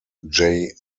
jay